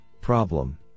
problem